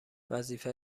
وظیفت